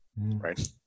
Right